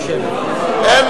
לא מסירים.